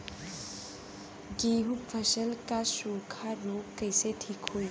गेहूँक फसल क सूखा ऱोग कईसे ठीक होई?